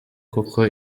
kuko